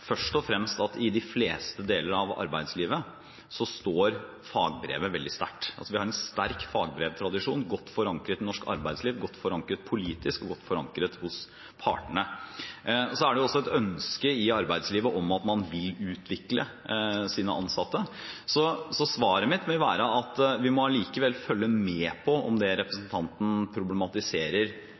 først og fremst at i de fleste deler av arbeidslivet står fagbrevet veldig sterkt. Vi har en sterk fagbrevtradisjon, godt forankret i norsk arbeidsliv, godt forankret politisk og godt forankret hos partene. Det er også et ønske i arbeidslivet om å utvikle sine ansatte. Svaret mitt vil være at vi allikevel må følge med på om det representanten problematiserer,